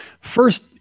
First